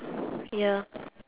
ya